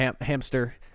hamster